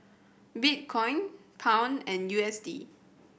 Bitcoin Pound and U S D